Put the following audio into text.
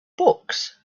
books